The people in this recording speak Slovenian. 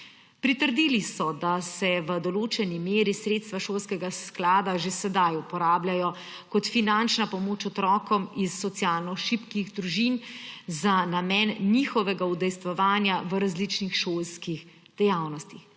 Pritrdili so, da se v določeni meri sredstva šolskega sklada že sedaj uporabljajo kot finančna pomoč otrokom iz socialno šibkih družin za namen njihovega udejstvovanja v različnih šolskih dejavnostih.